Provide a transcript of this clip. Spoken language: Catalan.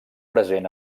present